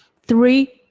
three.